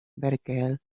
berklee